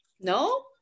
No